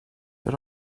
but